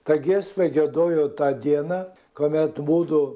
tą giesmę giedojau tą dieną kuomet mudu